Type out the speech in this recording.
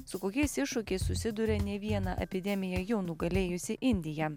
su kokiais iššūkiais susiduria ne vieną epidemiją jau nugalėjusi indija